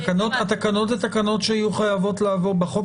התקנות הן תקנות שיהיו חייבות לעבור בחוק